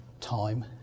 time